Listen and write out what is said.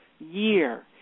year